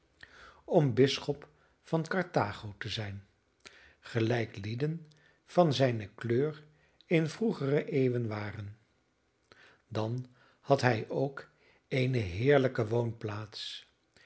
om bisschop van carthago te zijn gelijk lieden van zijne kleur in vroegere eeuwen waren dan had hij ook eene heerlijke woonplaats